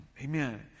Amen